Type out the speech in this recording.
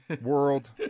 world